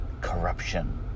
Corruption